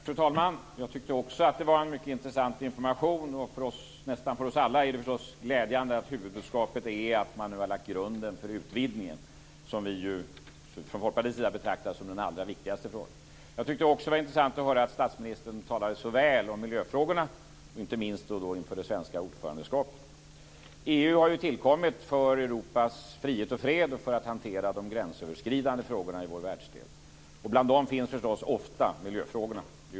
Fru talman! Jag tyckte också att det var en mycket intressant information. Nästan för oss alla är det glädjande att huvudbudskapet är att man nu har lagt grunden för utvidgningen. Från Folkpartiets sida betraktar vi den som den allra viktigaste frågan. Det var också intressant att höra att statsministern talade så väl om miljöfrågorna, inte minst inför det svenska ordförandeskapet. EU har tillkommit för Europas frihet och fred och för att hantera de gränsöverskridande frågorna i vår världsdel. Bland dem finns förstås ofta miljöfrågorna.